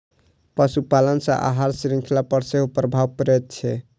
पशुपालन सॅ आहार शृंखला पर सेहो प्रभाव पड़ैत छै